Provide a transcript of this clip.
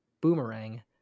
Boomerang